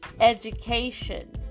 education